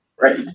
Right